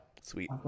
sweet